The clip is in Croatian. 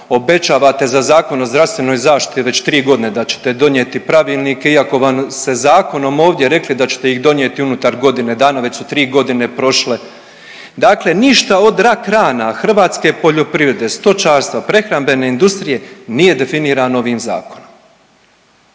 obećavate za Zakon o zdravstvenoj zaštiti već tri godine da ćete donijeti pravilnike iako vam se zakonom ovdje rekli da ćete ih donijeti unutar godine dana. Već su tri godine prošle. Dakle ništa od rak rana hrvatske poljoprivrede, stočarstva, prehrambene industrije nije definirano ovim zakonom.